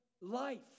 life